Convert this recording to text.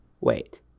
Wait